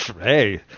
Hey